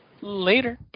Later